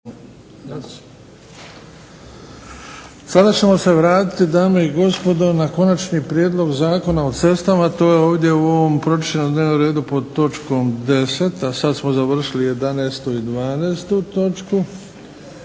Sada ćemo se vratiti dame i gospodo na konačni prijedlog Zakona o cestama. To je ovdje u ovom pročišćenom dnevnom redu pod točkom 10., a sad smo završili 11. i 12. točku.